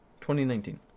2019